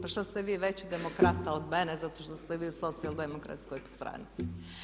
Pa šta ste vi veći demokrata od mene zato što ste vi u Socijaldemokratskoj stranci.